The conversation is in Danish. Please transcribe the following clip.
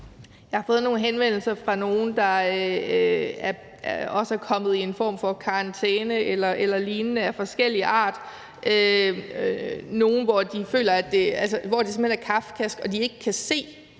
Jeg har fået nogle henvendelser fra nogle, der også er kommet i en form for karantæne eller lignende af forskellig art. Det er noget, som simpelt hen er kafkask, og hvor de ikke kan se, hvad meningen er